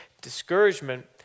discouragement